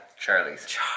Charlie's